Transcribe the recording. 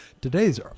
Today's